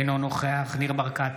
אינו נוכח ניר ברקת,